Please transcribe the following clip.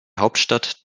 hauptstadt